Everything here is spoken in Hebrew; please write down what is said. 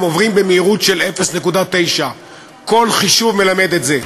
הם עוברים במהירות של 0.9. כל חישוב מלמד את זה.